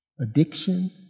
Addiction